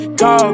go